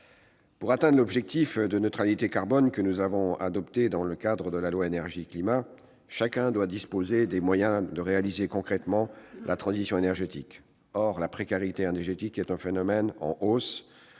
Pour atteindre l'objectif de neutralité carbone que nous avons adopté dans le cadre de la loi relative à l'énergie et au climat, chacun doit disposer des moyens de réaliser concrètement la transition énergétique. Or la précarité énergétique est un phénomène en hausse